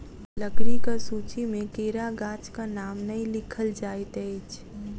लकड़ीक सूची मे केरा गाछक नाम नै लिखल जाइत अछि